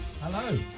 Hello